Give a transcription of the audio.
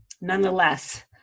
Nonetheless